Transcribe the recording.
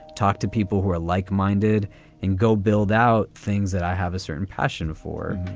talk to people who are like minded and go build out things that i have a certain passion for.